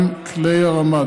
גם כלי הרמה,